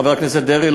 חבר הכנסת דרעי,